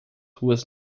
ruas